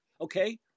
okay